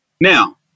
Now